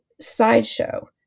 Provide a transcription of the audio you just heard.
sideshow